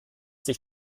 sich